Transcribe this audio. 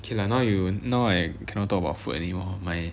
K lah now you now I cannot talk about food anymore my